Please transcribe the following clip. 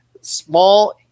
small